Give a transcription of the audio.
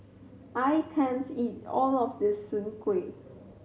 I can't eat all of this Soon Kuih